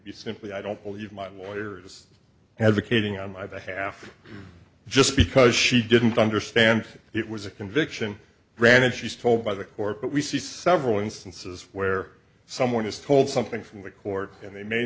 be simply i don't believe my lawyers advocating on my behalf just because she didn't understand it was a conviction granted she's told by the court but we see several instances where someone is told something from the court and they may